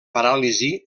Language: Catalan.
paràlisi